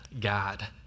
God